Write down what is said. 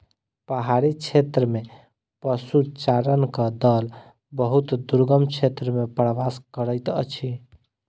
पहाड़ी क्षेत्र में पशुचारणक दल बहुत दुर्गम क्षेत्र में प्रवास करैत अछि